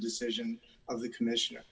decision of the commissioner